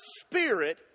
Spirit